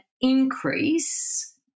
increase